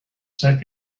site